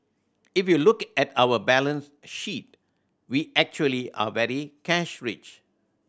if you look at our balance sheet we actually are very cash rich